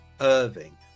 Irving